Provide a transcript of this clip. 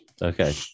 Okay